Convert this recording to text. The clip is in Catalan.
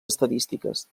estadístiques